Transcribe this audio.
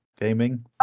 Gaming